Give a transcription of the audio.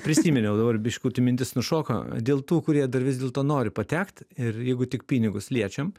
prisiminiau dabar biškuti mintis nušoko dėl tų kurie dar vis dėlto nori patekt ir jeigu tik pinigus liečiam